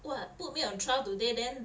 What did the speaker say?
!wah! put me on trial today then